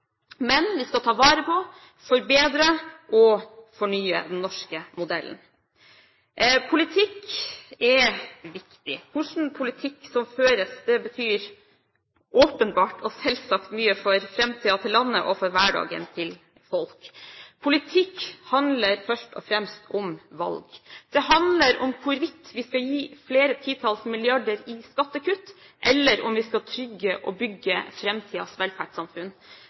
men vi skal ta vare på, forbedre og fornye den norske modellen. Politikk er viktig. Hvilken politikk som føres, betyr åpenbart og selvsagt mye for framtiden til landet og for hverdagen til folk. Politikk handler først og fremst om valg. Det handler om hvorvidt vi skal gi flere titalls milliarder kr i skattekutt, eller om vi skal trygge og bygge framtidens velferdssamfunn.